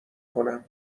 کنم